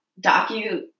docu